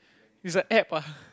is a App ah